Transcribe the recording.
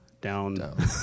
down